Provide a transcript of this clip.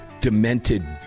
demented